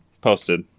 posted